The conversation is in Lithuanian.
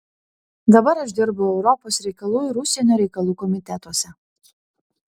dabar aš dirbu europos reikalų ir užsienio reikalų komitetuose